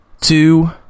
two